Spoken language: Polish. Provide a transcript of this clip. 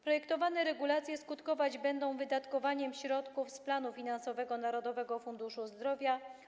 Projektowane regulacje skutkować będą wydatkowaniem środków z planu finansowego Narodowego Funduszu Zdrowia.